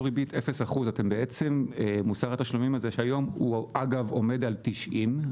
ריבית 0%. אתם בעצם מוסר התשלומים הזה היום עומד על 90,